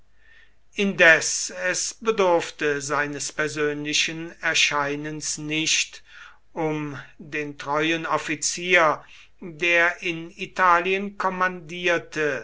indes es bedurfte seines persönlichen erscheinens nicht um den treuen offizier der in italien kommandierte